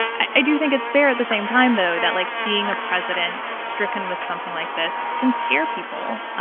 i do think it's fair at the same time though that like seeing a president stricken with something like this can scare people,